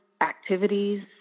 activities